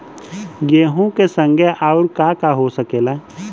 गेहूँ के संगे आऊर का का हो सकेला?